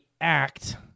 act